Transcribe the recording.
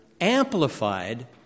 amplified